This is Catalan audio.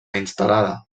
instal·lada